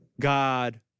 God